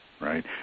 right